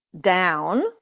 down